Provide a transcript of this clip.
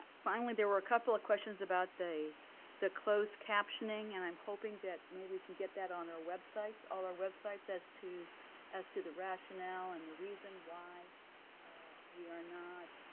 finally, there were a couple of questions about the closed captioning and i'm hoping that maybe we can get that on our websites. all our websites as to as to the rationale and the reason why we are not,